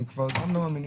הם כבר לא מאמינים.